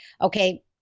okay